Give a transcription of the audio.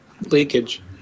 leakage